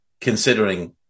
considering